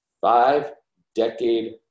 Five-decade